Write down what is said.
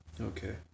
Okay